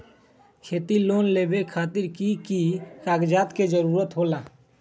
खेती लोन लेबे खातिर की की कागजात के जरूरत होला?